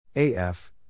AF